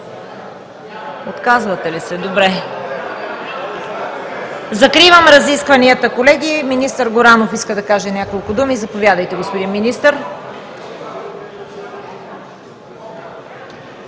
изказвания? Не виждам. Закривам разискванията, колеги. Министър Горанов иска да каже няколко думи. Заповядайте, господин Министър.